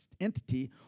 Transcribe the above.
entity